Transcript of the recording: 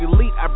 Elite